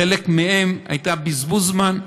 לחלק מהם זה היה בזבוז זמן.